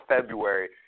February